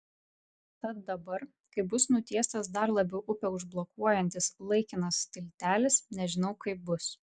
tad dabar kai bus nutiestas dar labiau upę užblokuojantis laikinas tiltelis nežinau kaip bus